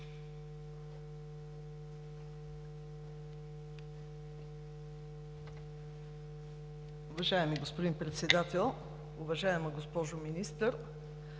уважаеми господин Председател. Уважаема госпожо Янкова,